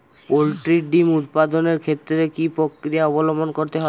Poultry ডিম উৎপাদনের ক্ষেত্রে কি পক্রিয়া অবলম্বন করতে হয়?